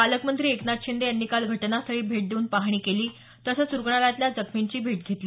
पालकमंत्री एकनाथ शिंदे यांनी काल घटनास्थळी भेट देऊन पाहणी केली तसंच रुग्णालयातल्या जखमींची भेट घेतली